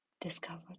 discovered